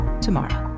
tomorrow